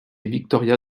victoria